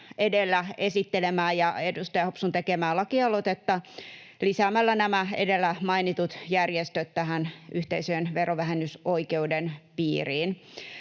edellä esittelemää ja edustaja Hopsun tekemää lakialoitetta lisäämällä nämä edellä mainitut järjestöt tähän yhteisöjen verovähennysoikeuden piiriin.